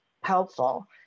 helpful